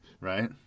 right